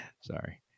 Sorry